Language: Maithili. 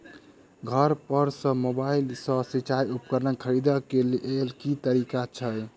घर पर सऽ मोबाइल सऽ सिचाई उपकरण खरीदे केँ लेल केँ तरीका छैय?